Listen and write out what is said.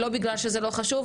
לא בגלל שזה לא חשוב,